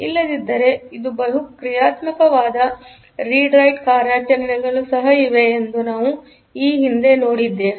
ಇಲ್ಲದಿದ್ದರೆ ಇದುಬಹು ಕ್ರಿಯಾತ್ಮಕವಾದ ರೀಡ್ ರೈಟ್ ಕಾರ್ಯಾಚರಣೆಗಳುಸಹ ಇವೆ ಎಂದು ನಾವು ಈ ಹಿಂದೆ ನೋಡಿದ್ದೇವೆ